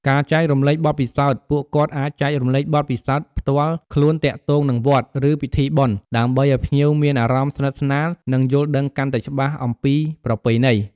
ពុទ្ធបរិស័ទតែងជួយថែរក្សាទ្រព្យសម្បត្តិវត្តអារាមឲ្យបានគង់វង្ស និងប្រើប្រាស់បានយូរអង្វែង សម្រាប់ប្រយោជន៍ដល់អ្នកចូលរួម និងភ្ញៀវទាំងអស់។